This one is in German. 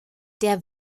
der